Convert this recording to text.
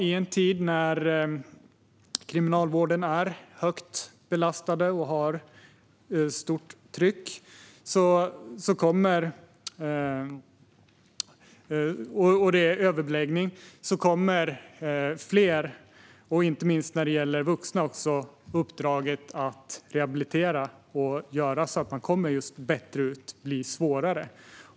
I en tid när Kriminalvården är högt belastad och har stort tryck och det råder överbeläggning kommer, inte minst när det gäller unga vuxna, uppdraget att rehabilitera och göra så att man kommer ut på ett bättre sätt att bli svårare.